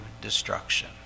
destruction